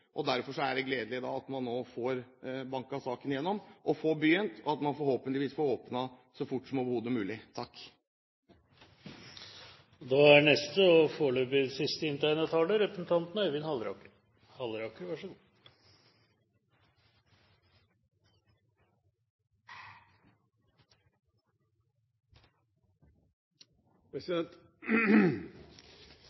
Derfor er det gledelig at man nå får banket saken igjennom og får begynt, og at man forhåpentligvis får åpnet så fort som overhodet mulig.